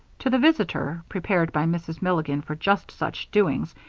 to the visitor, prepared by mrs. milligan for just such doings,